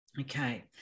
Okay